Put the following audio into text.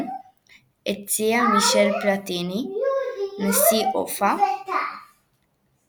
תהפוך למדינה הראשונה שמארחת את המונדיאל שלוש פעמים.